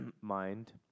mind